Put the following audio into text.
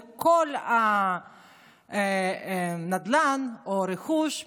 לכל נדל"ן או רכוש,